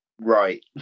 right